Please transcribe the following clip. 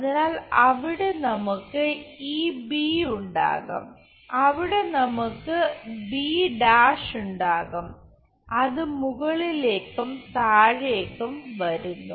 അതിനാൽ അവിടെ നമുക്ക് ഈ ഉണ്ടാകും അവിടെ നമുക്ക് b' ഉണ്ടാകും അത് മുകളിലേക്കും താഴേക്കും വരുന്നു